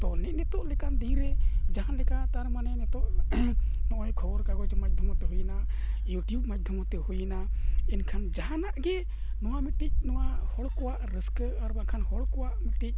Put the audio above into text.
ᱛᱚ ᱱᱤᱛᱚᱜ ᱞᱮᱠᱟᱱ ᱫᱤᱱ ᱨᱮ ᱡᱟᱦᱟᱸ ᱞᱮᱠᱟ ᱛᱟᱨ ᱢᱟᱱᱮ ᱱᱤᱛᱚᱜ ᱱᱚᱜᱼᱚᱸᱭ ᱠᱷᱚᱵᱚᱨ ᱠᱟᱜᱚᱡᱽ ᱢᱟᱫᱽᱫᱷᱚᱢᱛᱮ ᱦᱩᱭᱱᱟ ᱤᱭᱩᱴᱩᱵᱽ ᱢᱟᱫᱽᱫᱷᱚᱢᱛᱮ ᱦᱩᱭᱱᱟ ᱮᱱᱠᱷᱟᱱ ᱡᱟᱦᱟᱱᱟᱜ ᱜᱮ ᱱᱚᱣᱟ ᱢᱤᱫᱴᱤᱡ ᱱᱚᱣᱟ ᱦᱚᱲ ᱠᱚᱣᱟᱜ ᱨᱟᱹᱥᱠᱟᱹ ᱟᱨ ᱵᱟᱝᱠᱷᱟᱱ ᱦᱚᱲ ᱠᱚᱣᱟᱜ ᱢᱤᱫᱴᱤᱡ